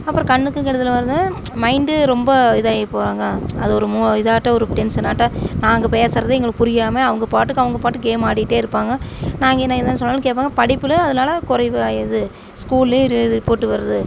அப்றம் கண்ணுக்கும் கெடுதல் வருது மைண்டு ரொம்ப இதாக ஆகி போகிறாங்க அது ஒரு மோ இதாட்டம் ஒரு டென்ஷனாட்டம் நாங்கள் பேசுகிறதே எங்களுக்கு புரியாமல் அவங்க பாட்டுக்கு அவங்க பாட்டுக்கு கேம் ஆடிட்டே இருப்பாங்க நான் இங்கே எதனா சொன்னாலும் கேட்பாங்க படிப்பில் அதனால குறைவா ஆகிடுது ஸ்கூல்லேயும் ரி ரிப்போட்டு வருது